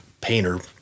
painter